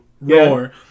Roar